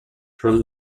from